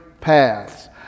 paths